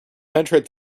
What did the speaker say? penetrate